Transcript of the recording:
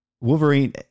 Wolverine